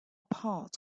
part